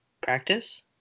practice